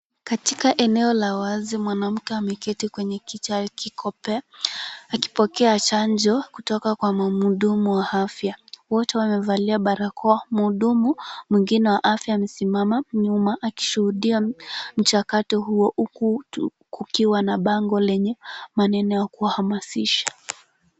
Katika eneo la wazi, mwanamke ameketi kwenye kiti ya kikopeo akipokea chanjo kutoka kwa mhudumu wa afya. Wote wamevalia barakoa. Mhudumu mwingine wa afya amesimama nyuma akishuhudia mchakato huo, huku kukiwa na bango lenye maneno ya kuwahamasisha.